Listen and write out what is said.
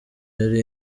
yari